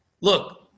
look